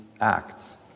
acts